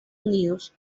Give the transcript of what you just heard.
unidos